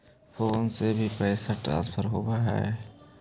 Phone से भी पैसा ट्रांसफर होवहै?